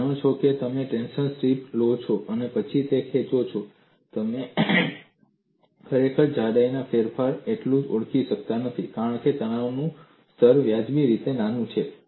તમે જાણો છો જો તમે ટેન્શન સ્ટ્રીપ લો છો અને પછી તેને ખેંચો છો તો તમે ખરેખર જાડાઈમાં ફેરફારને એટલું ઓળખી શકશો નહીં કારણ કે તણાવનું સ્તર વ્યાજબી રીતે નાનું છે